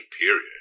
period